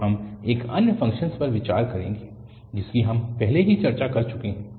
तो हम एक अन्य फ़ंक्शन पर विचार करेंगे जिसकी हम पहले ही चर्चा कर चुके हैं